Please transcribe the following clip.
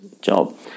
job